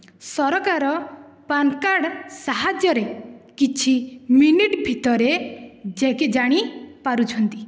ସରକାର PAN card ସାହାଯ୍ୟରେ କିଛି ମିନିଟ ଭିତରେ ଜାଣି ପାରୁଛନ୍ତି